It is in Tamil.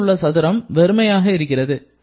நடுவில் உள்ள சதுரம் வெறுமையாக இருக்கிறது